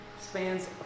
spans